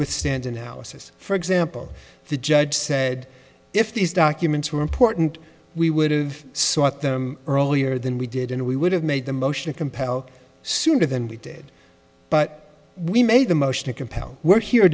withstand analysis for example the judge said if these documents were important we would've sought them earlier than we did and we would have made a motion to compel sooner than we did but we made